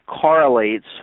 correlates